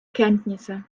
kenntnisse